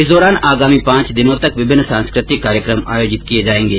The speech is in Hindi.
इस दौरान आगामी पांच दिनों तक विभिन्न सांस्कृतिक कार्यक्रम आयोजित किए जाएंगे